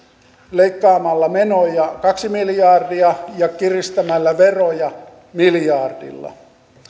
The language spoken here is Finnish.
leikkaamalla menoja kaksi miljardia ja kiristämällä veroja miljardilla